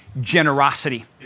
generosity